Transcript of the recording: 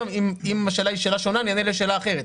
אם השאלה היא שאלה שונה, אני אענה לשאלה אחרת.